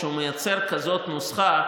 כשהוא מייצר כזאת נוסחה,